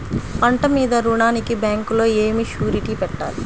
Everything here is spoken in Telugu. పంట మీద రుణానికి బ్యాంకులో ఏమి షూరిటీ పెట్టాలి?